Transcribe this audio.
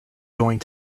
going